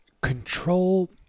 control